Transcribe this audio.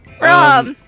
Rob